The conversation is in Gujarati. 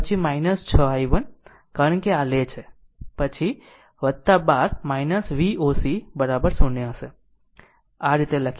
પછી 6 i1 કારણ કે આ લે છે પછી 12 Voc 0 હશે આ રીતે રીતે લખી શકાય છે